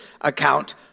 account